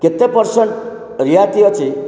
କେତେ ପରସେଣ୍ଟ ରିହାତି ଅଛି